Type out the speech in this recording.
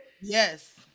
Yes